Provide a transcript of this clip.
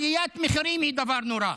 עליית מחירים היא דבר נורא,